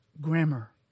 Grammar